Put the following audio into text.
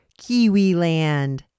Kiwiland